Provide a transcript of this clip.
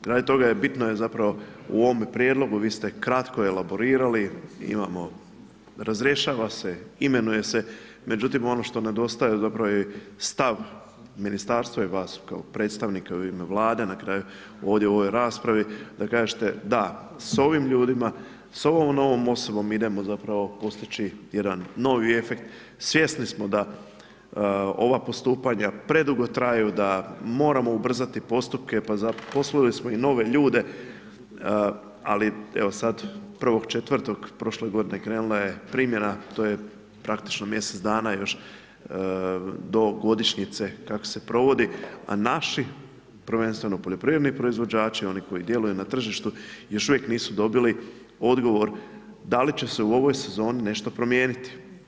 Radi toga je bitno je zapravo u ovome prijedlogu vi ste kratko elaborirali, imamo razrješava se, imenuje se međutim ono što nedostaje zapravo je stav ministarstva i vas kao predstavnika u ime Vlade nakraju ovdje u ovoj raspravi da kažete, da s ovim ljudima, s ovom novom osobom idemo zapravo postići jedan novi efekt, svjesni smo da ova postupanja predugo traju, da moramo ubrzati postupke pa zaposlili smo i nove ljude, ali evo sad 1.4. prošle godine krenula je primjena to je praktično mjesec dana još do godišnjice kak se provodi, a naši prvenstveno poljoprivredni proizvođači oni koji djeluju na tržištu još uvijek nisu dobili odgovor da li će se u ovoj sezoni nešto promijeniti.